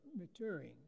maturing